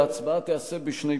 וההצבעה תיעשה בשני פתקים,